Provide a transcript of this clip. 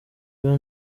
iyo